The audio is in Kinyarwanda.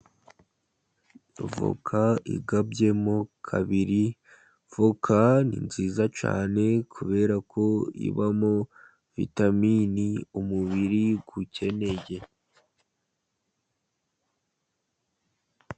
Avoka igabyemo kabiri, avoka ni nziza cyane, kubera ko ibamo vitamini umubiri ukeneye.